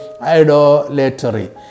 idolatry